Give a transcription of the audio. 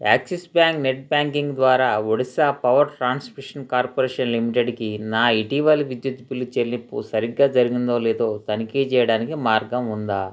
axis Bank net banking ద్వారా Odisha power transmission corporation లిమిటెడ్కి నా ఇటీవలి విద్యుత్ బిల్లు చెల్లింపు సరిగ్గా జరిగిందో లేదో తనిఖీ చేయడానికి మార్గం ఉందా